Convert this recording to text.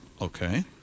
Okay